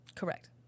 Correct